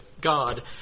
God